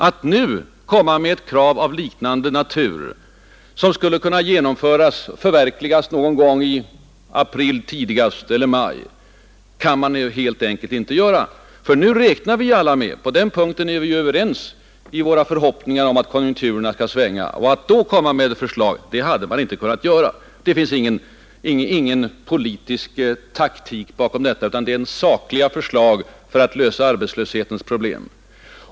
Att nu komma med ett krav av liknande natur, som skulle kunna förverkligas någon gång i april tidigast eller i maj, går helt enkelt inte. Nu räknar vi ju alla med att konjunkturerna skall svänga, och då är det för sent att lägga fram ett sådant här stimulansförslag. Det finns ingen politisk taktik bakom detta, utan det är fråga om sakliga förslag för att lösa arbetslöshetens problem.